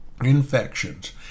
infections